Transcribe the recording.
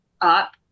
up